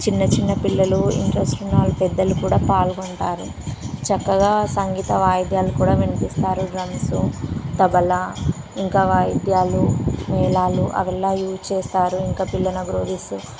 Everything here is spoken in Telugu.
చిన్న చిన్న పిల్లలు ఇంట్రస్ట్ ఉన్నవాళ్ళు పెద్దలు కూడా పాల్గొంటారు చక్కగా సంగీత వాయిద్యాలు కూడా వినిపిస్తారు డ్రమ్స్ తబల ఇంకా వాయిద్యాలు మేళాలు అవి అలా యూజ్ చేస్తారు ఇంకా పిల్లనగ్రోవి